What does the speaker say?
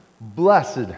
Blessed